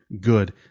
good